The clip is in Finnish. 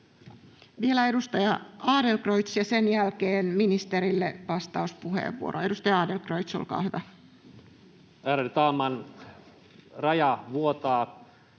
Vielä edustaja Adlercreutz, ja sen jälkeen ministerille vastauspuheenvuoro. Edustaja Adlercreutz, olkaa hyvä. Ärade talman! Raja vuotaa,